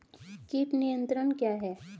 कीट नियंत्रण क्या है?